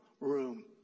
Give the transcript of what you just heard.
room